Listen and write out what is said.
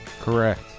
Correct